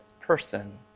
person